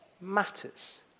matters